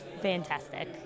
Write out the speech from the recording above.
Fantastic